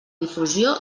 difusió